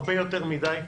הרבה יותר מדי.